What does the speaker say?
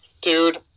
dude